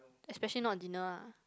especially not dinner ah